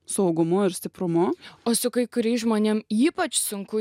saugumu ir stiprumu o su kai kuriais žmonėms ypač sunku